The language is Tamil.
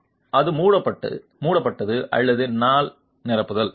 மாணவர் அது மூடப்பட்டது அல்லது நாள் நிரப்புதல்